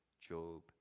Job